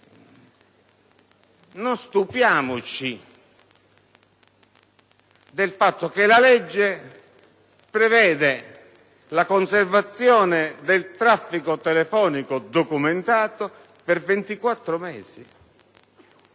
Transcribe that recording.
Non stupiamoci del fatto che la legge preveda la conservazione del traffico telefonico documentato per 24 mesi.